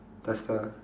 does the